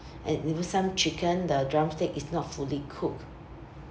and even some chicken the drumstick is not fully cooked